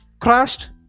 crashed